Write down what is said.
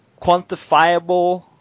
quantifiable